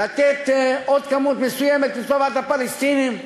לתת עוד כמות מסוימת לטובת הפלסטינים,